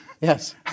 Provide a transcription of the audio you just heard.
Yes